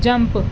jump